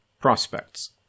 prospects